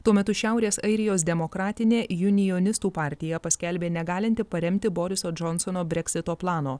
tuo metu šiaurės airijos demokratinė junijonistų partija paskelbė negalinti paremti boriso džonsono breksito plano